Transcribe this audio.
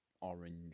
orange